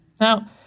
Now